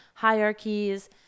hierarchies